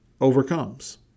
overcomes